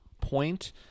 point